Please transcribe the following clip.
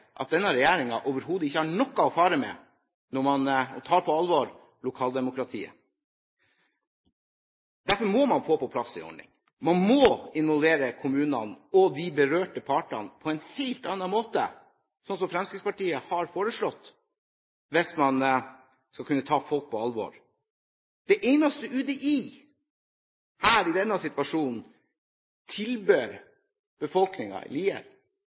at denne regjeringen overhodet ikke har noe å fare med når det kommer til å ta lokaldemokratiet på alvor. Derfor må man få på plass en ordning. Man må involvere kommunene og de berørte partene på en helt annen måte, sånn som Fremskrittspartiet har foreslått, hvis man skal kunne ta folk på alvor. Det eneste UDI her i denne situasjonen tilbød befolkningen i Lier